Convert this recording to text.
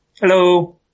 Hello